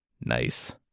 Nice